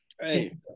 Hey